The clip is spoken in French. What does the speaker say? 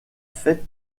fête